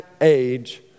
age